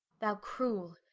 thou cruell,